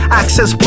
access